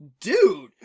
Dude